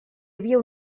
havia